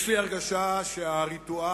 יש לי הרגשה שהריטואל